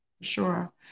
Sure